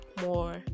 more